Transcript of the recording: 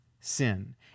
sin